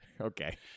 Okay